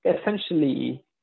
essentially